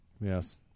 Yes